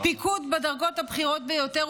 פיקוד בדרגות הבכירות ביותר,